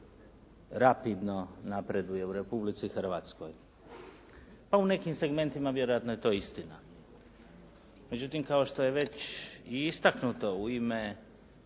rapidno napreduje u Republici Hrvatskoj. Pa u nekim segmentima vjerojatno je to i istina. Međutim, kao što je već i istaknuto u ime